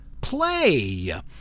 Play